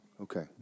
Okay